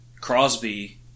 Crosby